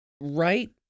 Right